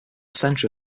center